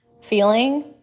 feeling